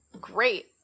great